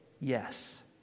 yes